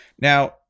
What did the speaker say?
Now